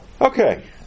Okay